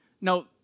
Now